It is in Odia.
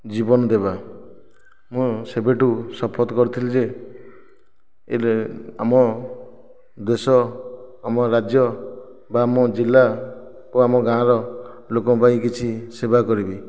ଜୀବନ ଦେବା ମୁଁ ସେବେଠୁ ଶପଥ କରିଥିଲି ଯେ ଆମ ଦେଶ ଆମ ରାଜ୍ୟ ବା ମୋ ଜିଲ୍ଲା ଓ ଆମ ଗାଁର ଲୋକଙ୍କ ପାଇଁ କିଛି ସେବା କରିବି